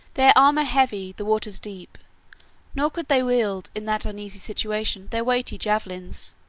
their armor heavy, the waters deep nor could they wield, in that uneasy situation, their weighty javelins.